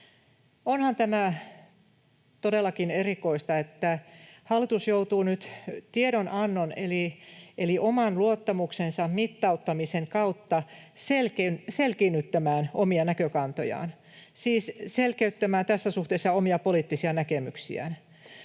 Onhan tämä todellakin erikoista, että hallitus joutuu nyt tiedonannon eli oman luottamuksensa mittauttamisen kautta selkiinnyttämään omia näkökantojaan, siis selkeyttämään tässä suhteessa omia poliittisia näkemyksiään.